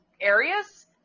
areas